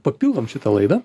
papildom šitą laidą